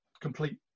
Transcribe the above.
complete